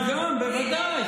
חברת הכנסת ניר, בבקשה.